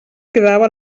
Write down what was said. quedava